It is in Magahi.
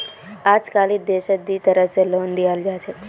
अजकालित देशत दी तरह स लोन दियाल जा छेक